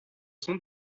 sont